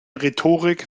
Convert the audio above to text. rhetorik